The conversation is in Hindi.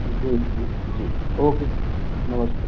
जी जी जी ओ के जी नमस्ते